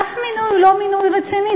אף מינוי הוא לא מינוי רציני.